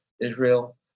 Israel